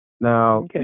Now